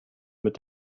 mit